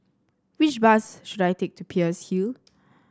which bus should I take to Peirce Hill